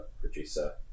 producer